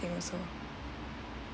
thing also